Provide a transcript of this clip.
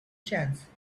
chance